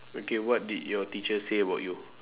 okay what did your teacher say about you